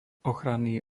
ochranný